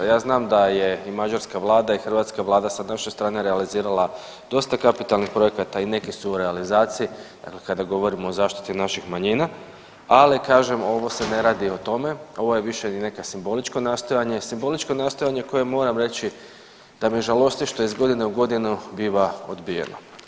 Ja znam da je i mađarska vlada i hrvatska Vlada sa naše strane realizirala dosta kapitalnih projekata i neki su u realizaciji kada govorimo o zaštiti naših manjina, ali kažem, ovo se ne radi o tome, ovo je više nekakvo simboličko nastojanje, simboličko nastojanje koje moram reći da me žalosti što iz godine u godinu biva odbijeno.